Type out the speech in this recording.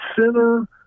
center